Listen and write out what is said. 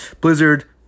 Blizzard